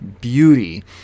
beauty